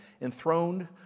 enthroned